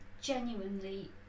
genuinely